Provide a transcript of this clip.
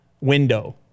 window